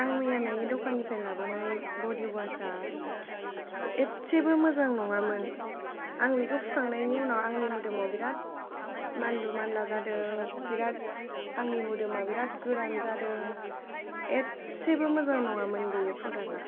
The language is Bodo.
आं मैया नोंनि दखाननिफ्राय लाबोनाय बडि अवासआ एसेबो मोजां नङामोन आं बेखौ फुखांनायनि उनाव आंनि मोदोमाव बिराद मानलु मानला जादों बिराद आंनि मोदोमा बिराद गोरान जादों एसेबो मोजां नङामोन बेयो प्रडाक्टआ